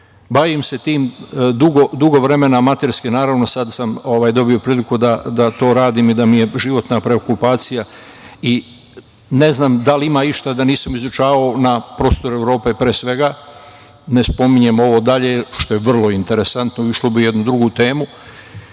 se tim dugo vremena, amaterski, naravno, a sad sam dobio priliku da to radim i da mi je životna preokupacija. Ne znam da li ima išta, a da nisam izučavao na prostoru Evrope, pre svega, ne spominjemo ovo dalje, što je vrlo interesantno, ušlo bi u jednu drugu temu. Na